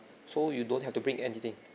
so you don't have to bring anything